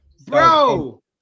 Bro